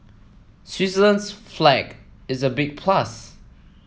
Switzerland's flag is a big plus